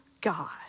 God